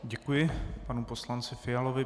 Děkuji panu poslanci Fialovi.